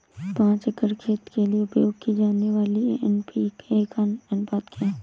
पाँच एकड़ खेत के लिए उपयोग की जाने वाली एन.पी.के का अनुपात क्या है?